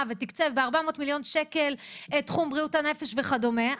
ותקצב ב-400,000,000 ₪ את תחום בריאות הנפש וכדומה,